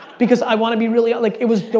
because i wanna be really, like it was,